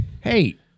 Hey